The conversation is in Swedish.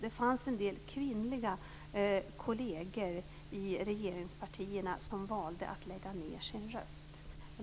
Det fanns en del kvinnliga kolleger i regeringspartierna som valde att lägga ned sin röst.